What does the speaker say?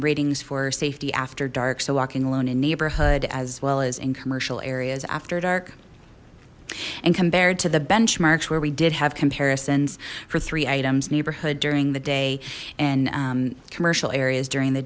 ratings for safety after dark so walking alone in neighborhood as well as in commercial areas after dark and compared to the benchmarks where we did have comparisons for three items neighborhood during the day and commercial areas during the